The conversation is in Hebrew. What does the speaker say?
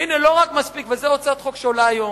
וזאת הצעת החוק שעולה היום.